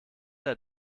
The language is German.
der